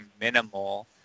minimal